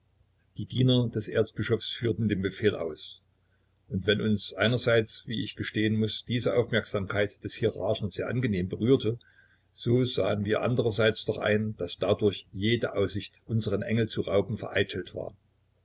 die diener des erzbischofes führten den befehl aus und wenn uns einerseits wie ich gestehen muß diese aufmerksamkeit des hierarchen sehr angenehm berührte so sahen wir andererseits doch ein daß dadurch jede aussicht unseren engel rauben zu können vereitelt war